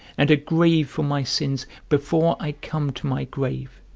and a grave for my sins before i come to my grave